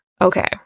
Okay